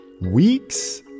Weeks